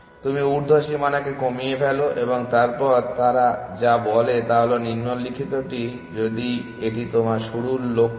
তুমি ঊর্ধ্ব সীমানাকে কমিয়ে ফেলো এবং তারপর তারা যা বলে তা হল নিম্নলিখিতটি যদি এটি তোমার শুরুর লক্ষ্য হয়